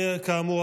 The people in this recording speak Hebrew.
וכאמור,